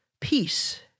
peace